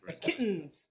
Kittens